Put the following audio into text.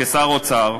כשר אוצר,